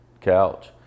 couch